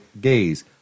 Gaze